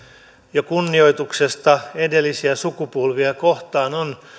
jo kunnioituksesta edellisiä sukupolvia kohtaan on